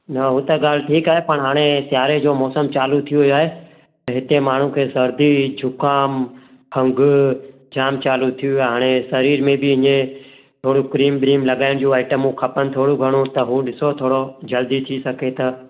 न हू त ॻाल्हि ठीकु आए पर हाणे सियारे जो मौसमु चालू थी वियो आहे ऐं हिते माण्हू खे सर्दी ज़ुकामु खंगु जामु चालू थी वियो आहे हाणे शरीर में बि हीअं थोरी क्रीम व्रीम लॻाइणी जूं आइटमूं खपनि थोरियूं त हू ॾिसोसि थोरो जल्दी थी सघे त